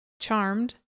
Charmed